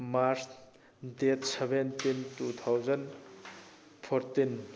March date seventeen two thousand fourteen